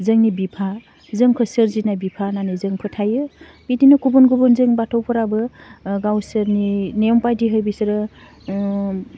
जोंनि बिफा जोंखौ सोरजिनाय बिफा होन्नानै जों फोथायो बिदिनो गुबुन गुबुन जों बाथौफोराबो ओह गावसोरनि नेयम बायदिहाय बिसोरो ओह